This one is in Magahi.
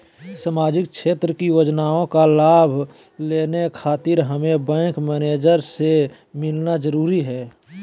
सामाजिक क्षेत्र की योजनाओं का लाभ लेने खातिर हमें बैंक मैनेजर से मिलना जरूरी है?